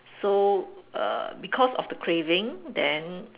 so err because of the craving then